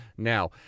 Now